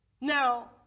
Now